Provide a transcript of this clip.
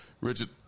Richard